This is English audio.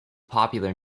popular